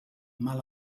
mal